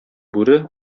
бүре